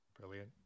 brilliant